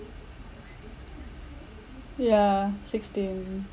yeah sixteen